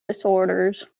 disorders